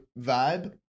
vibe